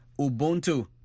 Ubuntu